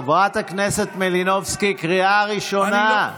חברת הכנסת מלינובסקי, קריאה ראשונה.